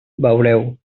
veureu